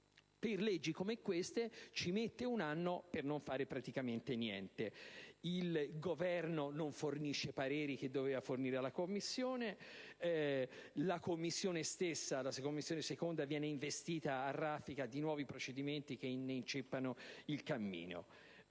per leggi come queste ci impiega un anno per non fare praticamente niente: il Governo non fornisce pareri che avrebbe dovuto fornire alla Commissione, la 2a Commissione viene investita a raffica di nuovi procedimenti che ne inceppano il cammino.